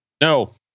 No